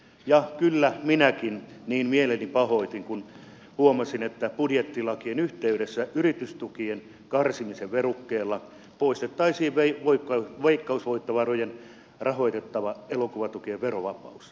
ja kyllä minäkin niin mieleni pahoitin kun huomasin että budjettilakien yhteydessä yritystukien karsimisen verukkeella poistettaisiin veikkausvoittovaroilla rahoitettavien elokuvatukien verovapaus